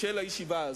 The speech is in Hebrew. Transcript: של הישיבה הזאת.